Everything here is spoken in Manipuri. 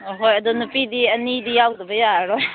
ꯑꯣ ꯍꯣꯏ ꯑꯗꯨ ꯅꯨꯄꯤꯗꯤ ꯑꯅꯤꯗꯤ ꯌꯥꯎꯗꯕ ꯌꯥꯔꯔꯣꯏ